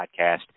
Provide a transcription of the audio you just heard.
podcast